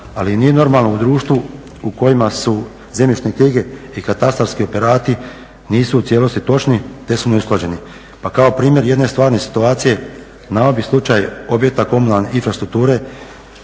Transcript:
Ali nije normalno u društvu u kojima su zemljišne knjiga i katastarski operati nisu u cijelosti točni te su neusklađeni. Pa kao primjer jedne stvarne situacije naveo bih slučaj objekta komunalne infrastrukture